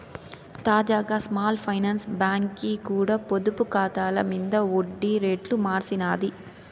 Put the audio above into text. తాజాగా small finance బాంకీ కూడా పొదుపు కాతాల మింద ఒడ్డి రేట్లు మార్సినాది